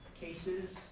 cases